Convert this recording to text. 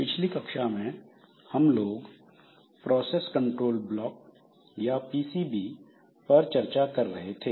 पिछली कक्षा में हम लोग प्रोसेस कंट्रोल ब्लॉक या पीसीबी पर चर्चा कर रहे थे